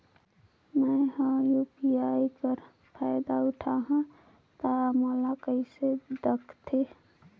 मैं ह यू.पी.आई कर फायदा उठाहा ता ओला कइसे दखथे?